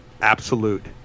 absolute